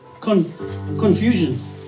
confusion